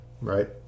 right